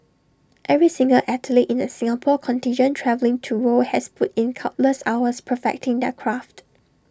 every single athlete in the Singapore contingent travelling to Rio has put in countless hours perfecting their craft